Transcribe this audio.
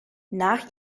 nach